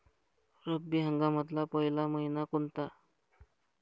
रब्बी हंगामातला पयला मइना कोनता?